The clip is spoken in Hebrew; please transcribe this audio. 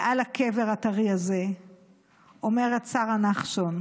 מעל הקבר הטרי הזה אומרת שרה נחשון: